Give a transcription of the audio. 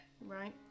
Right